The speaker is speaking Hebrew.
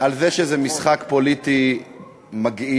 על כך שזה משחק פוליטי מגעיל.